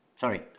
Sorry